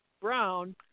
Brown